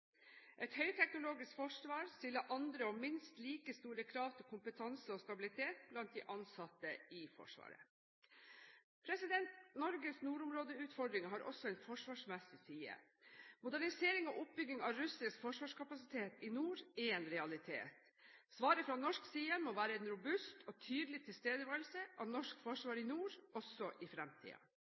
Et høyteknologisk forsvar stiller andre og minst like store krav til kompetanse og stabilitet blant de ansatte i Forsvaret. Norges nordområdeutfordringer har også en forsvarsmessig side. Modernisering og oppbygging av russisk forsvarskapasitet i nord er en realitet. Svaret fra norsk side må være en robust og tydelig tilstedeværelse av norsk forsvar i nord, også i